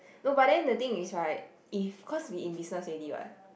no but then the thing is right if cause we in business already what